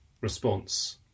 response